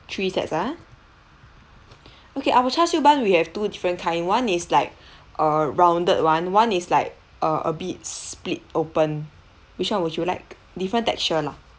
three sets ah okay our char siu bun we have two different kind one is like uh rounded [one] one is like uh a bit split open which [one] would you like different texture lah